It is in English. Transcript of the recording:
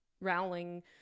Rowling